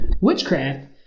witchcraft